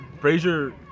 Frazier